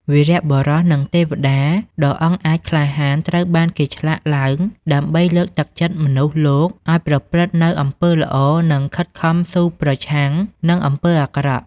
វីរបុរស និងទេវតាដ៏អង់អាចក្លាហានត្រូវបានគេឆ្លាក់ឡើង ដើម្បីលើកទឹកចិត្តមនុស្សលោកឲ្យប្រព្រឹត្តនូវអំពើល្អ និងខិតខំតស៊ូប្រឆាំងនឹងអំពើអាក្រក់។